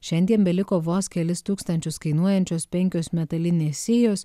šiandien beliko vos kelis tūkstančius kainuojančios penkios metalinės sijos